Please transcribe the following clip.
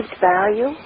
value